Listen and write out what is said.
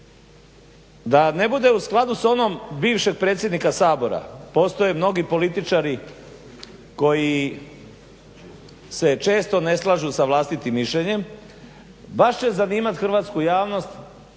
Da ne bude u skladu s onom bivšeg predsjednika Sabora, postoje mnogi političari koji se često ne slažu s vlastitim mišljenjem, baš će zanimat hrvatsku javnost